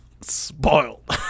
Spoiled